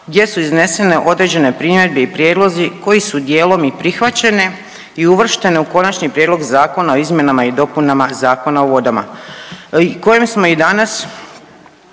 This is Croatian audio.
gdje su iznesene određene primjedbe i prijedlozi koji su dijelom i prihvaćene i uvrštene u Konačni prijedlog zakona o izmjenama i dopunama Zakona o vodama kojim smo i danas